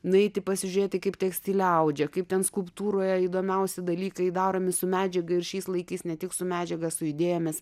nueiti pasižiūrėti kaip tekstilė audžia kaip ten skulptūroje įdomiausi dalykai daromi su medžiaga ir šiais laikais ne tik su medžiaga su idėjomis